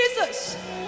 Jesus